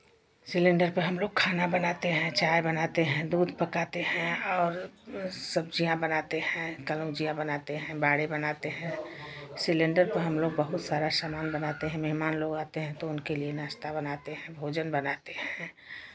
cylinder पर हमलोग खाना बनाते हैं चाय बनाते हैं दूध पकाते हैं और सब्जियाँ बनाते हैं कनौजियाँ बनाते हैं वड़े बनाते हैं सिलेण्डर तो हमलोग बहुत सारा सामान बनाते हैं मेहमान लोग आते हैं तो उनके लिए नाश्ता बनाते हैं भोजन बनाते हैं